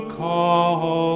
call